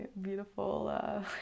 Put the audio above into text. beautiful